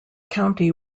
county